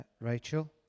rachel